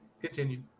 Continue